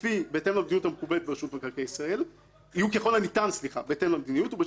בהתאם למדיניות המקובלת ברשות מקרקעי ישראל ובשינויים המחויבים".